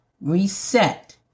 Reset